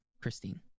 Christine